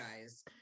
guys